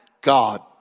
God